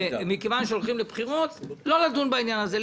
ומכיוון שהלכו לבחירות הכנסת ביקשה לא לדון בעניין הזה,